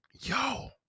yo